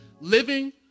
living